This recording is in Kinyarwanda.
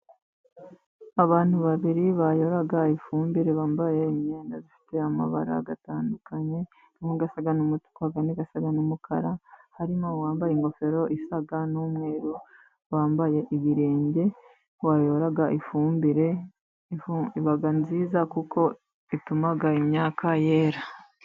Abantu babiri bayora ifumbire bambaye imyenda zifite amabara atandukanye asa n'umutuku andi asa n'umukara. Harimo uwambaye ingofero isa n'umweru, bambaye ibirenge . Uwayoraga ifumbire. Iba nziza kuko ituma imyaka yera.